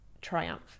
triumph